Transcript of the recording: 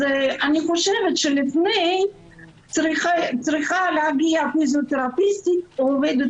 אני חושבת שצריכה להגיע פיזיותרפיסטית או עובדת